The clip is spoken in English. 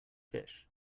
fish